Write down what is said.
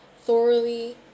thoroughly